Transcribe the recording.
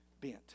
bent